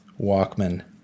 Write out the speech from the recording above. walkman